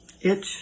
itch